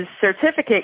certificate